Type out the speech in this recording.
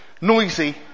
Noisy